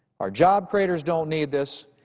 our job creators don't need this,